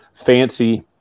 fancy